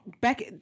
back